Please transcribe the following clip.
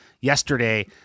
yesterday